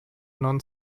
non